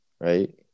Right